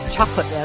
Chocolate